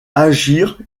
agir